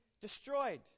destroyed